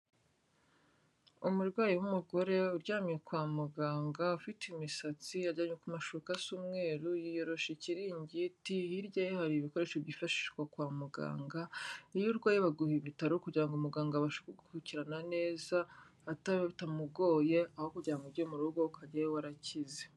Umurwayi w'umugore uryamye kwa muganga, ufite imisatsi, aryamye ku mashuka asa umweru, yiyoroshe ikiringiti, hirya ye hari ibikoresho byifashishwa kwa muganga, iyo urwaye baguha ibitaro, kugira ngo muganga abashe kugukurikirana neza, ata bitamugoye, aho kugira ngo ujye mu rugo ukajyayo warakize.